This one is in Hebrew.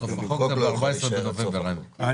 סוף החוק זה ב-14 בנובמבר, רם.